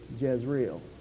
Jezreel